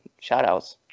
shout-outs